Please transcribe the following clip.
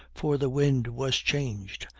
for the wind was changed,